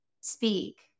speak